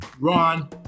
Ron